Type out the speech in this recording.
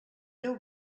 déu